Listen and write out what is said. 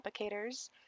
applicators